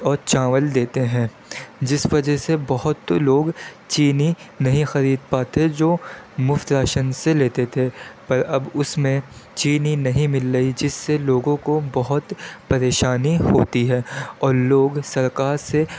اور چاول دیتے ہیں جس وجہ سے بہت لوگ چینی نہیں خرید پاتے جو مفت راشن سے لیتے تھے پر اب اس میں چینی نہیں مل رہی جس سے لوگوں کو بہت پریشانی ہوتی ہے اور لوگ سرکار سے